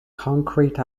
concrete